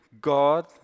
God